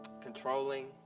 controlling